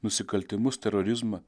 nusikaltimus terorizmą